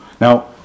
Now